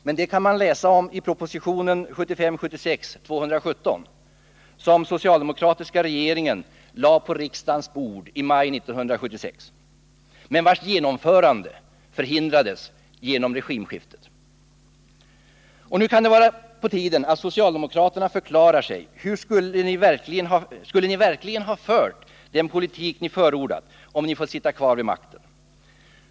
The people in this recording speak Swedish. Men det kan man läsa om i proposition 1975/76:217, som den socialdemokratiska regeringen lade på riksdagens bord i maj 1976 men vars genomförande förhindrades genom regimskiftet. Och nu kan det vara på tiden att socialdemokraterna förklarar sig. Skulle ni verkligen ha fört den politik ni förordat om ni fått sitta kvar vid makten?